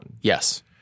Yes